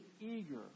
eager